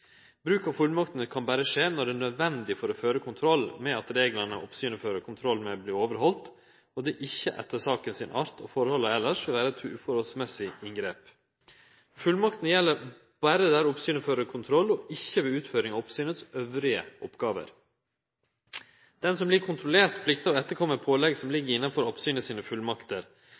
Bruk av fullmaktene kan berre skje når det er nødvendig for å føre kontroll med at reglane oppsynet fører kontroll med, vert overhaldne, og det ikkje etter saken sin art og forholdet elles ville vere eit etter måten for stort inngrep. Fullmakta gjeld berre der oppsynet fører kontroll og ikkje ved utføring av oppsynet sine andre oppgåver. Ho som vert kontrollert, pliktar å etterkomme pålegg som ligg innanfor oppsynet sine fullmakter.